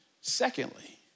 Secondly